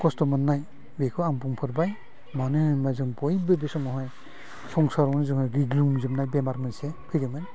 खस्थ' मोननाय बेखौ आं बुंफोरबाय मानो होनोब्ला जों बयबो बे समावहाय संसारावनो जोङो गिग्लुंजोबनाय बेमार मोनसे फैदों